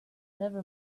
never